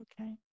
Okay